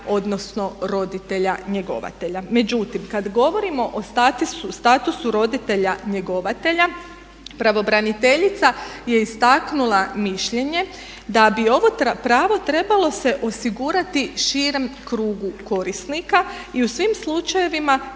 odnosno roditelja njegovatelja. Međutim, kad govorimo o statusu roditelja njegovatelja pravobraniteljica je istaknula mišljenje da bi ovo pravo trebalo se osigurati širem krugu korisnika i u svim slučajevima